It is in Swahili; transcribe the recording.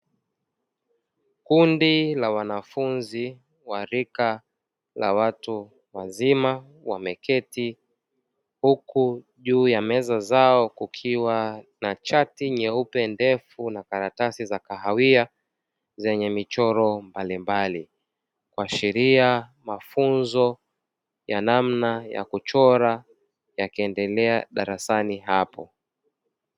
Kundi la wanafunzi wa rika la watu wazima wameketi huku juu ya meza zao kukiwa na chati nyeupe ndefu na karatasi za kahawia zenye michoro mbalimbali, kuashiria mafunzo ya namna ya kuchora yakiendelea darasani hapo.